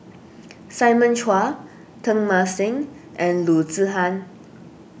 Simon Chua Teng Mah Seng and Loo Zihan